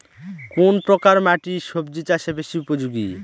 কোন প্রকার মাটি সবজি চাষে বেশি উপযোগী?